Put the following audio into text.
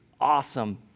awesome